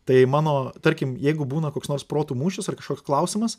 tai mano tarkim jeigu būna koks nors protų mūšis ar kažkoks klausimas